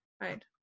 Right